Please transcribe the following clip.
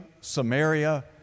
Samaria